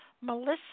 Melissa